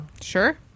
Sure